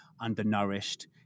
undernourished